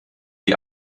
die